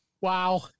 wow